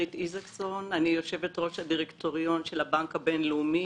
מנכ"לית הבנק הבינלאומי.